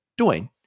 Dwayne